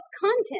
content